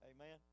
Amen